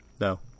No